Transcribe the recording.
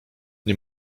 nie